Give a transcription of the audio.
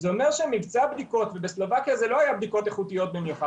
זה אומר שמבצע הבדיקות ובסלובקיה זה לא היה בדיקות איכותיות במיוחד,